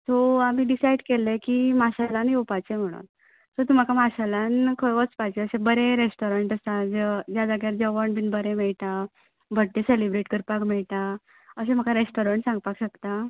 so आमी decided केल्लें की माशेलान येवपाचें म्हणून सो तूं म्हाका माशेलान खंय वचपाचें अशें बरें रॅस्टॉरंट सांग ज ज्या जाग्यार जेवण बी बरें मेळटा बड्डे सॅलब्रेट करपाक मेळटा अशें म्हाका रॅस्टॉरण सांगपा शकता